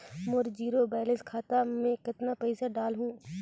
मोर zero balance खाता मे कतना पइसा डाल हूं?